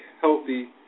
healthy